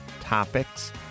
topics